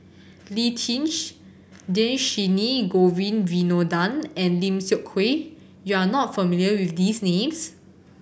Lee Tjin Dhershini Govin Winodan and Lim Seok Hui you are not familiar with these names